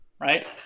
right